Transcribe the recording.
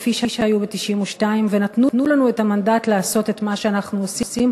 כפי שהיו ב-1992 ונתנו לנו את המנדט לעשות את מה שאנחנו עושים,